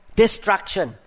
destruction